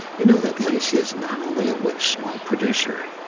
you know that lacy is not only a whip-smart producer,